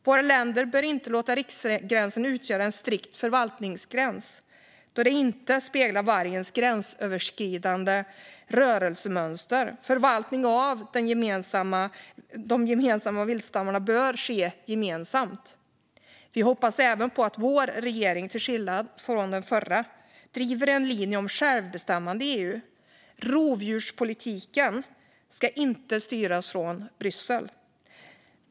Våra länder bör inte låta riksgränsen utgöra en strikt förvaltningsgräns eftersom det inte speglar vargens gränsöverskridande rörelsemönster. Förvaltning av de gemensamma viltstammarna bör ske gemensamt. Vi hoppas även på att vår regering, till skillnad från den förra, driver en linje om självbestämmande i EU. Rovdjurspolitiken ska inte styras från Bryssel.